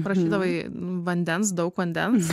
prašydavai vandens daug vandens